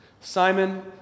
Simon